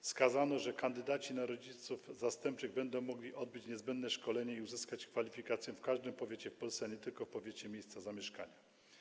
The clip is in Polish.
Wskazano, że kandydaci na rodziców zastępczych będą mogli odbyć niezbędne szkolenie i uzyskać kwalifikacje w każdym powiecie w Polsce, a nie tylko w powiecie miejsca zamieszkania.